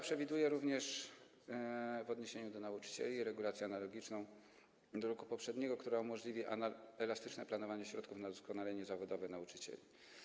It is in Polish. przewiduje również w odniesieniu do nauczycieli regulację analogiczną do regulacji z roku poprzedniego, która umożliwi elastyczne planowanie środków na doskonalenie zawodowe nauczycieli.